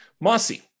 Mossy